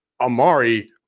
Amari